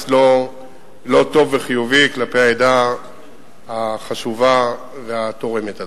לא טוב וחיובי כלפי העדה החשובה והתורמת הזאת.